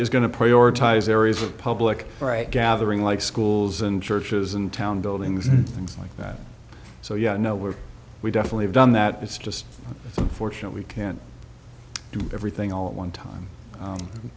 is going to prioritize areas of public right gathering like schools and churches and town buildings things like that so you know we're we definitely have done that it's just unfortunate we can't do everything all at one time